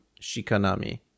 Shikanami